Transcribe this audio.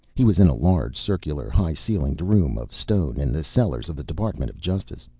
he was in a large, circular, high-ceilinged room of stone in the cellars of the department of justice.